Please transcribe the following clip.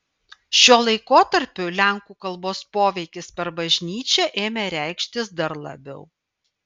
šiuo laikotarpiu lenkų kalbos poveikis per bažnyčią ėmė reikštis dar labiau